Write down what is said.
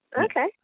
Okay